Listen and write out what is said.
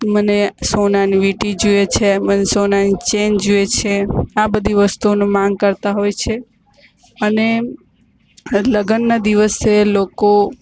મને સોનાની વીંટી જુએ છે મને સોનાની ચેન જુએ છે આ બધી વસ્તુઓનો માંગ કરતા હોય છે અને લગનના દિવસે લોકો